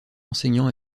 enseignant